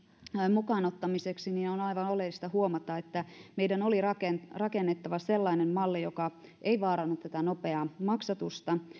mukaan ottamiseen niin on aivan oleellista huomata että meidän oli rakennettava sellainen malli joka ei vaaranna tätä nopeaa maksatusta